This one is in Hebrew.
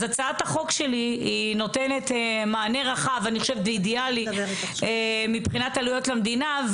אז הצעת החוק שלי נותנת מענה רחב ואידיאלי מבחינת עלויות למדינה,